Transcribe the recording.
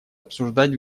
обсуждать